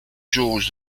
george